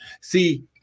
See